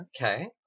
okay